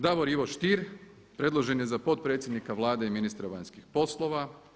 Davor Ivo Stier predložen je za potpredsjednika Vlade i ministra vanjskih poslova.